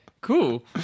Cool